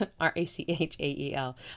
r-a-c-h-a-e-l